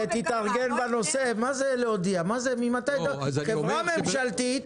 ויאמר לך אילו שירותים הוא רוצה לתת?